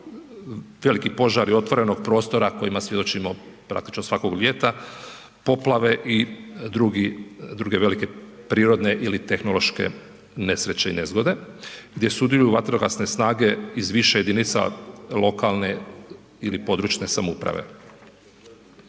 veliki požari otvorenog prostora kojima svjedočimo praktično svakog ljeta, poplave i drugi, druge velike prirodne ili tehnološke nesreće i nezgode gdje sudjeluju vatrogasne snage iz više jedinica lokalne ili područne samouprave.